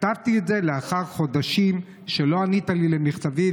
כתבתי את זה לאחר חודשים שלא ענית לי על מכתבי,